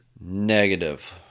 Negative